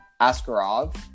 Askarov